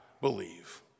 believe